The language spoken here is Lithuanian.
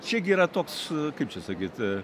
čiagi yra toks kaip čia sakyt